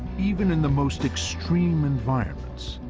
even in the most extreme environments,